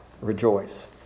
rejoice